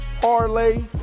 Parlay